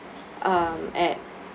um at